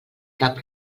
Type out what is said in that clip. cap